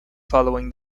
following